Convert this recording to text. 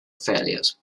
failures